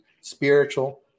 spiritual